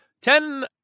Ten